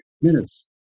minutes